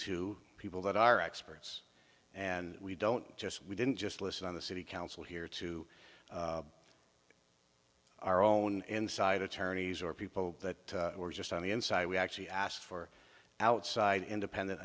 to people that are experts and we don't just we didn't just listen on the city council here to our own inside attorneys or people that were just on the inside we actually asked for outside independent